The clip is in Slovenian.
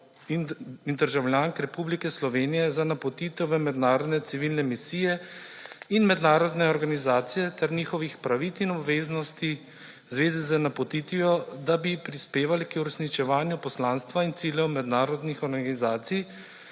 in državljank Republike Slovenije za napotitev v mednarodne civilne misije in mednarodne organizacije ter njihovih pravic in obveznosti v zvezi z napotitvijo, da bi prispevali k uresničevanju poslanstva in ciljev mednarodnih organizacij